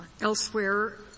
elsewhere